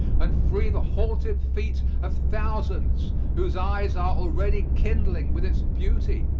and free the halted feet of thousands whose eyes are already kindling with its beauty.